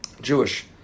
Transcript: Jewish